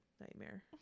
nightmare